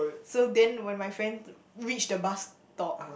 so then when my friends reached the bus stop